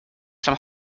some